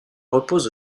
repose